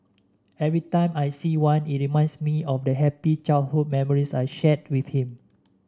every time I see one it reminds me of the happy childhood memories I shared with him